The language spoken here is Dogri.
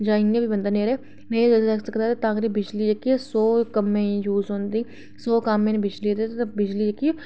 जां इ'यां बी बंदा न्हेरे ते तां करियै बिजली सौ कम्में ई यूज़ होंदी सौ कम्म न बिजली ते बिजली जेह्की